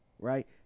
right